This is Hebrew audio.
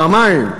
פעמיים: